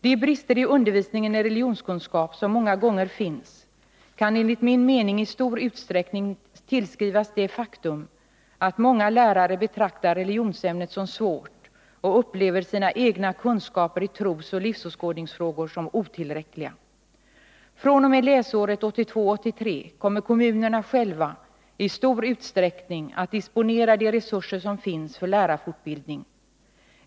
De brister i undervisningen i religionskunskap som många gånger finns kan enligt min mening i stor utsträckning tillskrivas det faktum att många lärare betraktar religionsämnet som svårt och upplever sina egna kunskaper i trosoch livsåskådningsfrågor som otillräckliga. fr.o.m. läsåret 1982/83 kommer kommunerna själva i stor utsträckning att disponera de resurser som finns för lärarfortbildning.